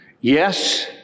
Yes